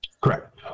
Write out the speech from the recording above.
Correct